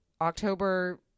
October